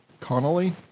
Connolly